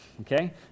Okay